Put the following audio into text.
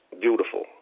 beautiful